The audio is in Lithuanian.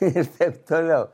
ir taip toliau